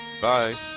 bye